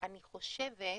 אני חושבת,